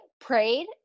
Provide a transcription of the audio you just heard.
prayed